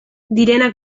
direnak